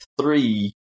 three